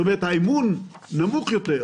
זאת אומרת שהאמון נמוך יותר.